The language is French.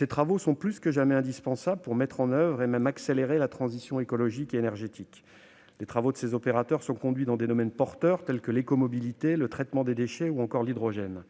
Leurs travaux sont plus que jamais indispensables pour mettre en oeuvre et, même, accélérer la transition écologique et énergétique. Les travaux de ces opérateurs sont conduits dans des domaines porteurs tels que l'écomobilité, le traitement des déchets ou encore l'hydrogène.